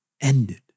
ended